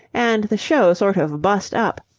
and the show sort of bust up.